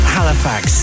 Halifax